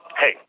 hey